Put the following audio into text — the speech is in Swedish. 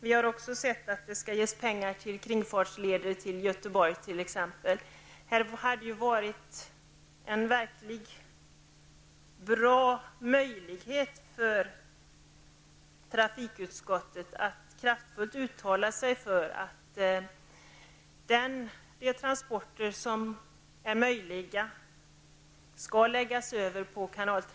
Vi har sett att det skall avsättas pengar till kringfartsleder i Göteborgsområdet. Här hade trafikutskottet en verkligt bra möjlighet att kraftfullt uttala sig för att lägga över sådana transporter på kanaltrafiken som är möjliga att lägga över på den.